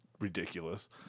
ridiculous